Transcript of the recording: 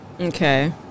Okay